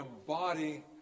embody